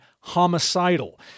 homicidal